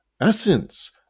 essence